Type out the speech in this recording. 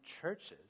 churches